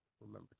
remember